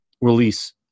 release